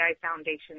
Foundation